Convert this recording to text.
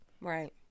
Right